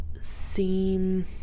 seem